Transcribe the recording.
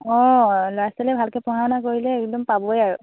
অঁ ল'ৰা ছোৱালীয়ে ভালকৈ পঢ়া শুনা কৰিলে একদম পাবই আৰু